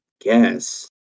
guess